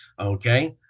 okay